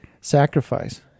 sacrifice